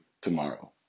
tomorrow